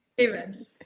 Amen